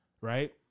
Right